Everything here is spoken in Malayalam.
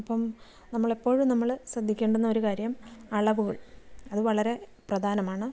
അപ്പം നമ്മളെപ്പോഴും നമ്മൾ ശ്രദ്ധിക്കേണ്ടുന്ന ഒരു കാര്യം അളവുകൾ അത് വളരെ പ്രധാനമാണ്